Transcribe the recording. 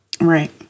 Right